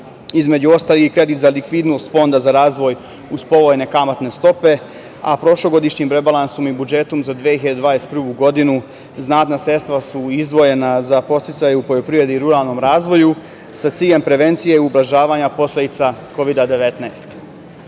između ostalih i kredit za likvidnost Fonda za razvoj, uz povoljne kamatne stope, a prošlogodišnjim rebalansom i budžetom za 2021. godinu znatna sredstva su izdvojena za podsticaje u poljoprivredi i ruralnom razvoju, sa ciljem prevencije ublažavanja posledica Kovida